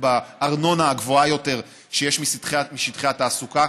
בארנונה הגבוהה יותר שיש משטחי התעסוקה,